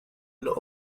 lot